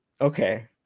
Okay